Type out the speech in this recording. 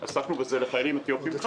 עסקנו בזה לגבי חיילים יוצאי אתיופיה בכלל